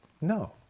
No